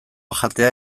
jatea